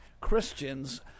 Christians